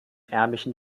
ärmlichen